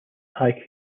eye